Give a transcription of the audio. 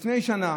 לפני שנה